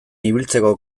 ibiltzeko